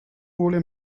vuole